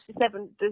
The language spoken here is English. seven